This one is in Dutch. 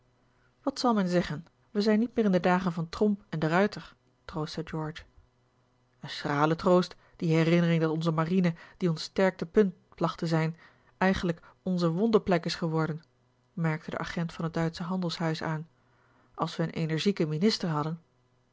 wat zal men zeggen wij zijn niet meer in de dagen van tromp en de ruyter troostte george een schrale troost die herinnering dat onze marine die ons sterktepunt placht te zijn eigenlijk onze wondeplek is geworden merkte de agent van het duitsche handelshuis aan als we een energieken minister hadden